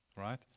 Right